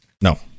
No